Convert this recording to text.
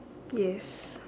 yes